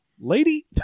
lady